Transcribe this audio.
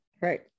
right